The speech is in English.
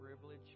privilege